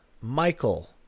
Michael